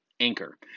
Anchor